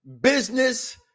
business